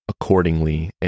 accordingly